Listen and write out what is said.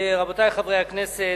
רבותי חברי הכנסת,